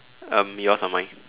um yours or mine